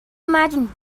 imagine